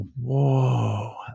whoa